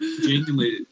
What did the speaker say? Genuinely